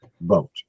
vote